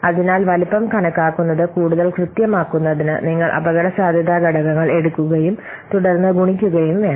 അതിനാൽ വലുപ്പം കണക്കാക്കുന്നത് കൂടുതൽ കൃത്യമാക്കുന്നതിന് നിങ്ങൾ അപകടസാധ്യത ഘടകങ്ങൾ എടുക്കുകയും തുടർന്ന് ഗുണിക്കുകയും വേണം